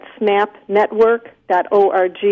snapnetwork.org